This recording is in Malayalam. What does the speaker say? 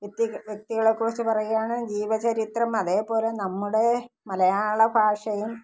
വ്യക്തി വ്യക്തികളെക്കുറിച്ച് പറയുകയാണ് ജീവചരിത്രം അതുപോലെ നമ്മുടെ മലയാള ഭാഷയും